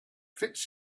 fits